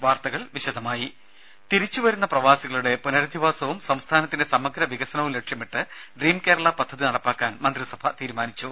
വാർത്തകൾ വിശദമായി തിരിച്ചു വരുന്ന പ്രവാസികളുടെ പുനരധിവാസവും സംസ്ഥാനത്തിന്റെ സമഗ്ര വികസനവും ലക്ഷ്യമിട്ട് ഡ്രീം കേരള പദ്ധതി നടപ്പാക്കാൻ മന്ത്രിസഭ തീരുമാനിച്ചു